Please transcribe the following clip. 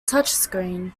touchscreen